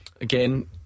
Again